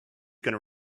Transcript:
gonna